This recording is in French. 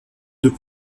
deux